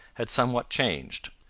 had somewhat changed.